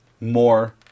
more